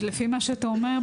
אז לפי מה שאתה אומר,